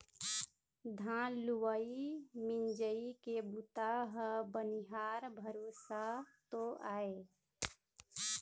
धान लुवई मिंजई के बूता ह बनिहार भरोसा तो आय